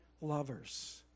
lovers